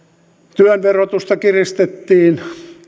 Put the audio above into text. työn verotusta kiristettiin